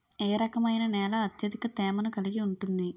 ఏ రకమైన నేల అత్యధిక తేమను కలిగి ఉంటుంది?